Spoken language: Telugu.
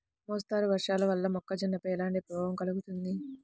మోస్తరు వర్షాలు వల్ల మొక్కజొన్నపై ఎలాంటి ప్రభావం కలుగుతుంది?